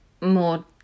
more